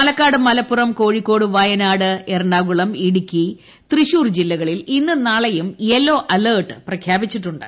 പാലക്കാട് മലപ്പുറം കോഴിക്കോട് വയനാട് എറണാകുളം ഇടുക്കി തൃശൂർ ജില്ലകളിൽ ഇന്നും നാളെയും യെല്ലോ അലർട്ട് പ്രഖ്യാപിച്ചിട്ടുണ്ട്